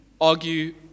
argue